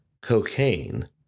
Cocaine